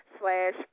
slash